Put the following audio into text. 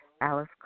Alice